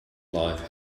life